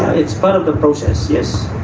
it's part of the process yes,